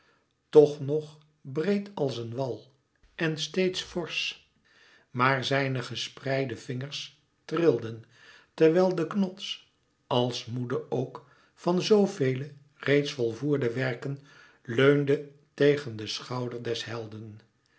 toch nog breed als een wal en steeds forsch maar zijne gespreide vingers trilden terwijl de knots als moede ook van zoo vele reeds volvoerde werken leunde tegen den schouder des helden